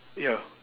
ya